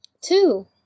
Two